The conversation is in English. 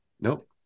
Nope